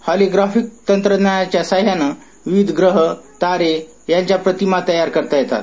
holographic तंत्रज्ञानाच्या सहाय्याने विविध ग्रह तारे यांच्या प्रतिमा तयार करण्यात येणार आहेत